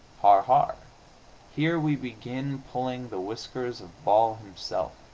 har, har here we begin pulling the whiskers of baal himself.